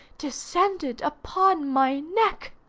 descended upon my neck.